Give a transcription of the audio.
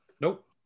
Nope